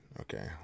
Okay